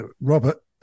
Robert